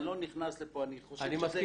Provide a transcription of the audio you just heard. אני לא נכנס לפה, אני חושב שזה דיון מיותר.